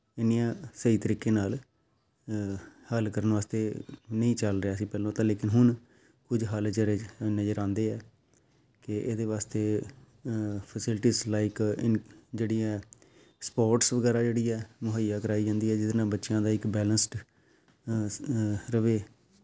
ਇੰਨੀਆਂ ਸਹੀ ਤਰੀਕੇ ਨਾਲ ਹੱਲ ਕਰਨ ਵਾਸਤੇ ਨਹੀਂ ਚੱਲ ਰਿਹਾ ਸੀ ਪਹਿਲੋਂ ਤਾਂ ਲੇਕਿਨ ਹੁਣ ਕੁਝ ਹੱਲ ਜਿਹੜੇ ਨਜ਼ਰ ਆਉਂਦੇ ਆ ਕਿ ਇਹਦੇ ਵਾਸਤੇ ਫੈਸਿਲਿਟੀਸ ਲਾਈਕ ਇੰਨ ਜਿਹੜੀ ਹੈ ਸਪੋਰਟਸ ਵਗੈਰਾ ਜਿਹੜੀ ਆ ਮੁਹੱਈਆ ਕਰਵਾਈ ਜਾਂਦੀ ਹੈ ਜਿਹਦੇ ਨਾਲ ਬੱਚਿਆਂ ਦਾ ਇੱਕ ਬੈਲੈਂਸਡ ਰਹੇ